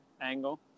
angle